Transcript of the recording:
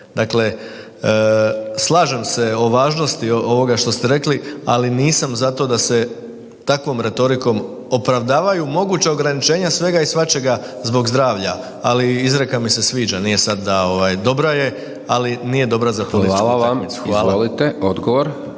Dakle, slažem se o važnosti ovoga što ste rekli, ali nisam za to da se takvom retorikom opravdavaju moguća ograničenja svega i svačega zbog zdravlja, ali izreka mi se sviđa, nije sad da, dobra je, ali nije dobra za .../Upadica: Hvala vam. /...